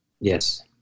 Yes